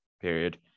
period